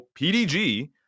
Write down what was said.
PDG